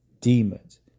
Demons